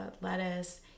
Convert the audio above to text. lettuce